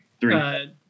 three